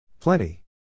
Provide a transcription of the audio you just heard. Plenty